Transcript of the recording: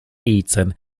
eton